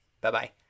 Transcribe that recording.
Bye-bye